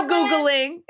Googling